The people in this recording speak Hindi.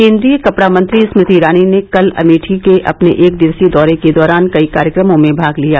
केन्द्रीय कपड़ा मंत्री स्मृति ईरानी ने कल अमेठी के अपने एक दिक्सीय दौरे के दौरान कई कार्यक्रमों में भाग लिया